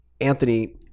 Anthony